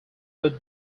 would